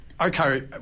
okay